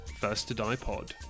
firsttodiepod